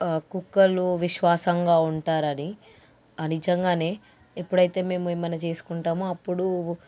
కుక్కలు విశ్వాసంగా ఉంటాయని నిజంగానే ఎప్పుడైతే మేము ఏమన్నా చేసుకుంటామో అప్పుడు